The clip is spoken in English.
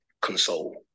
console